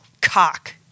cock